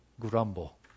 grumble